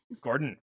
Gordon